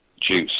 juice